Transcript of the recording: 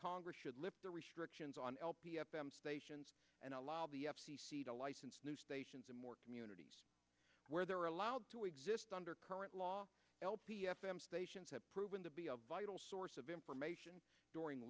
congress should lift the restrictions on lp f m stations and allow the f c c to license new stations in more communities where they are allowed to exist under current law lp f m stations have proven to be a vital source of information during